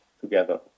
together